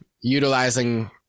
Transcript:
utilizing